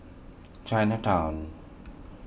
Chinatown